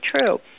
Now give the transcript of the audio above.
true